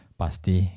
pasti